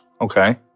Okay